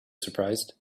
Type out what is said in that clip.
surprised